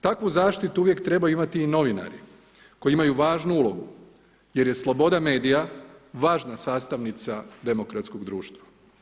Takvu zaštitu uvijek trebaju imati i novinari koji imaju važnu ulogu jer je sloboda medija važna sastavnica demokratskog društva.